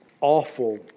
awful